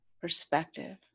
perspective